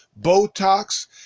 Botox